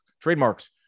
trademarks